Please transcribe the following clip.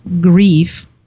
grief